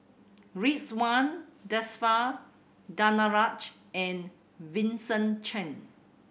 Ridzwan Dzafir Danaraj and Vincent Cheng